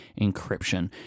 encryption